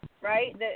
right